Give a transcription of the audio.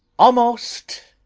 almost.